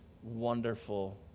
Wonderful